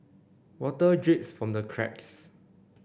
water drips from the cracks